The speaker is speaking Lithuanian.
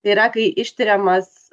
tai yra kai ištiriamas